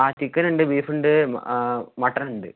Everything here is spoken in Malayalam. ആ ചിക്കനുണ്ട് ബീഫുണ്ട് മട്ടനുണ്ട്